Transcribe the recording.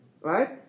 Right